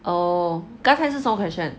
oh 刚刚才是什么 question